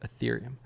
ethereum